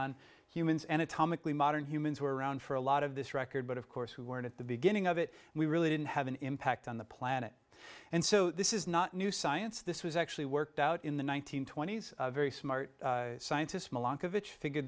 on humans anatomically modern humans were around for a lot of this record but of course who were at the beginning of it we really didn't have an impact on the planet and so this is not new science this was actually worked out in the one nine hundred twenty s a very smart scientist figure